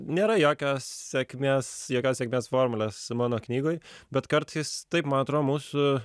nėra jokios sėkmės jokios sėkmės formulės mano knygoj bet kartais taip man atrodo mūsų